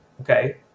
okay